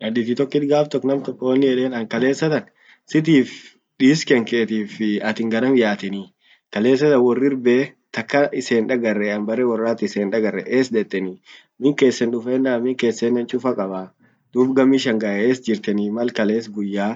naditi tokkit gaf tokkon wonnin yeden sitif dirs kenketifi atin garam yaateni kalesatan worribee takka isen hindagarre an bare worrat isen hindagarre ess detenii. Min kessen duffenan min kessen cchufa kabaa, dub gammi shangae es jirtenii mal kales guyya